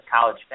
college